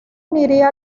uniría